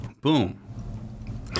boom